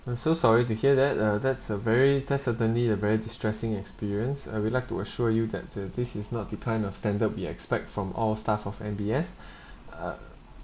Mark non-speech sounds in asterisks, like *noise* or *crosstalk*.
I'm so sorry to hear that uh that's a very that's certainly a very distressing experience I would like to assure you that uh this is not the kind of standard we expect from all staff of M_B_S *breath* uh